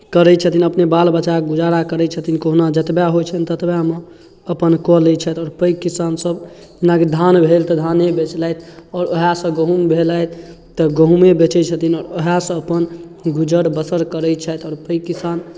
करै छथिन अपने बाल बच्चा गुजारा करै छथिन कोहुना जतबहि होइ छनि ततबहिमे अपन कऽ लै छैथ आओर पैघ किसानसभ जेनाकि धान भेल तऽ धाने बेचलथि आओर उएहसँ गहूँम भेलथि तऽ गहूँमे बेचै छथिन आओर उएहसँ अपन गुजर बसर करै छथि आओर पैघ किसान